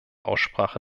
aussprache